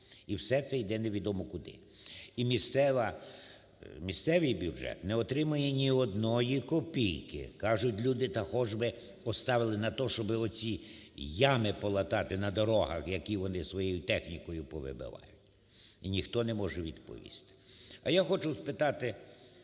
і все це йде невідомо куди. І місцева... місцевий бюджет не отримує ні одної копійки. Кажуть люди, та хоч би оставили на те, щоби оці ями полатати на дорогах, які вони своєю технікою повибивають. І ніхто не може відповісти. А я хочу спитати